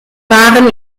waren